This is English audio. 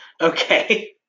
Okay